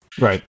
Right